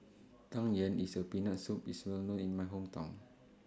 Tang Yuen with Peanut Soup IS Well known in My Hometown